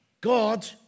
God